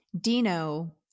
Dino